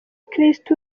kirisitu